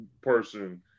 person